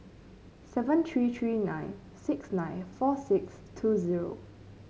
seven three three nine six nine four six two zero